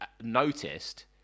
noticed